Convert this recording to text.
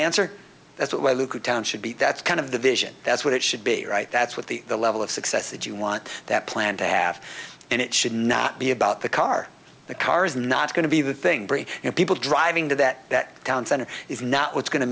answer that's what i look at down should be that's kind of the vision that's what it should be right that's what the level of success that you want that plan to have and it should not be about the car the car is not going to be the thing bre and people driving to that town center is not what's going to